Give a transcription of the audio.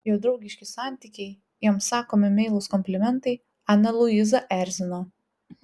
jo draugiški santykiai joms sakomi meilūs komplimentai aną luizą erzino